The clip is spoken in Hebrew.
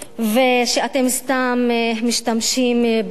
ושאתם סתם משתמשים בביטוי,